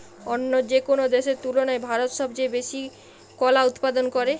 অন্য যেকোনো দেশের তুলনায় ভারত সবচেয়ে বেশি কলা উৎপাদন করে